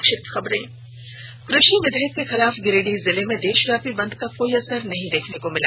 संक्षिप्त खबरें कृषि विधेयक के खिलाफ गिरिडीह जिले में देशव्यापी बंद का कोई असर नहीं देखने को मिला